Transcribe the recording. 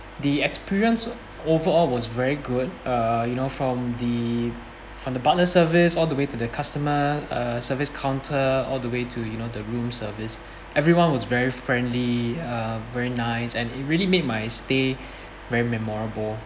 the experience overall was very good uh you know from the from the butler service all the way to the customer uh service counter all the way to you know the room service everyone was very friendly uh very nice and it really made my stay very memorable